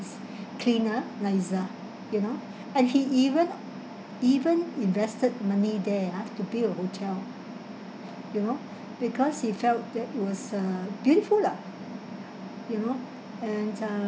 is cleaner nicer you know and he even even invested money there ah to build a hotel you know because he felt that it was uh beautiful lah you know and uh